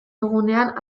dugunean